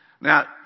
Now